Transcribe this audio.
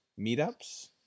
Meetups